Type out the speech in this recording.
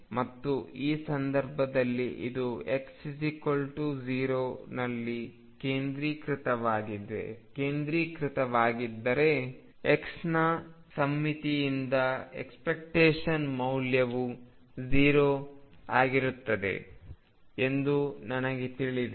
ಮತ್ತು ಈ ಸಂದರ್ಭದಲ್ಲಿ ಇದು x0 ನಲ್ಲಿ ಕೇಂದ್ರೀಕೃತವಾಗಿದ್ದರೆ xನ ಸಮ್ಮಿತಿಯಿಂದ ಎಕ್ಸ್ಪೆಕ್ಟೇಶನ್ ಮೌಲ್ಯವು 0 ಆಗಿರುತ್ತದೆ ಎಂದು ನನಗೆ ತಿಳಿದಿದೆ